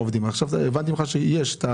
אנחנו ניתן לכם שני